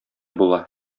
була